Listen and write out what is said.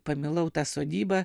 pamilau tą sodybą